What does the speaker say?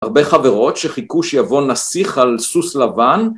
הרבה חברות שחיכו שיבוא נסיך על סוס לבן